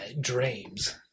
dreams